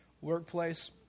workplace